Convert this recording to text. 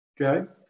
Okay